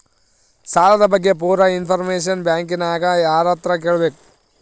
ಸಾಲದ ಬಗ್ಗೆ ಪೂರ ಇಂಫಾರ್ಮೇಷನ ಬ್ಯಾಂಕಿನ್ಯಾಗ ಯಾರತ್ರ ಕೇಳಬೇಕು?